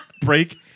Break